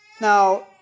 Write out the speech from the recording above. Now